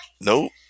Nope